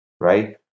right